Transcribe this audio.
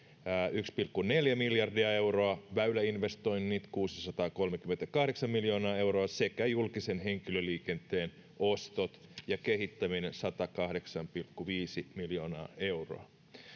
yksi pilkku neljä miljardia euroa väyläinvestoinnit kuusisataakolmekymmentäkahdeksan miljoonaa euroa sekä julkisen henkilöliikenteen ostot ja kehittäminen satakahdeksan pilkku viisi miljoonaa euroa